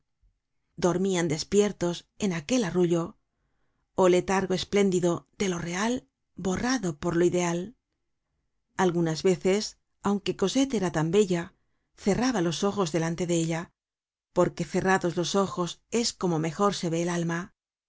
dormian despiertos en aquel arrullo oh letargo espléndido de lo real borrado por lo ideal algunas veces aunque cosette era tan bella cerraba los ojos delante de ella porque cerrados los ojos es como mejor se ve el alma